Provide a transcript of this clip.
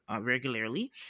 regularly